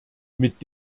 mit